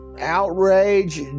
outrage